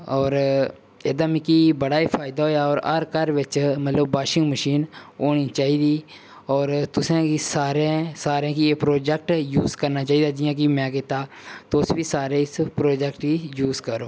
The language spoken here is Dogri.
होर एह्दा मिगी बड़ा गै फायदा होएया होर हर घर बिच्च मतलब वाशिंग मशीन होनी चाहिदी होर तुसेंगी सारें सारें गी एह् प्रोजेक्ट यूज करना चाहिदा जियां कि मैं कीता तुस बी सारे इस प्रोजेक्ट गी यूज करो